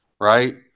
Right